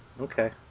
Okay